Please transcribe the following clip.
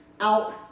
out